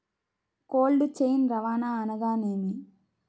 Cold chain రవాణా అనగా నేమి?